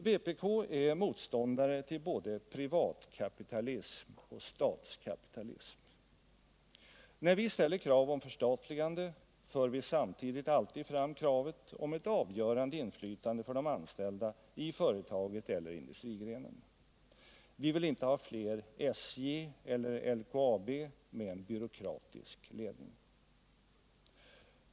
Vpk är motståndare till både privatkapitalism och statskapitalism. När vi ställer krav på förstatligande för vi samtidigt alltid fram kravet på ett avgörande inflytande för de anställda i företaget eller industrigrenen. Vi vill inte ha fler ”SJ” eller ”LIXAB” med en byråkratisk ledning.